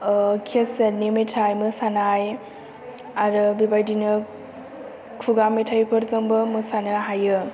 खेसेदनि मेथाइ मोसानाय आरो बेबादिनो खुगा मेथाइफोरजोंबो मोसानो हायो